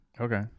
okay